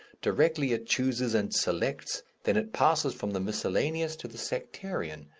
directly it chooses and selects, then it passes from the miscellaneous to the sectarian,